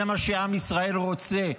זה מה שעם ישראל רוצה.